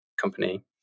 company